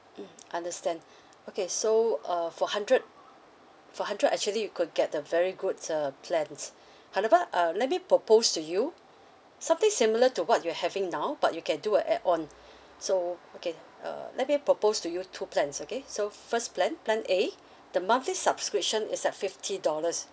mm understand okay so uh for hundred for hundred actually you could get a very good uh plans however uh let me propose to you something similar to what you're having now but you can do a add on so okay uh let me propose to you two plans okay so first plan plan A the monthly subscription is at fifty dollars